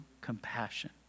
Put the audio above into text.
compassion